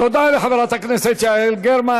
תודה לחברת הכנסת יעל גרמן.